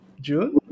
June